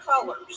colors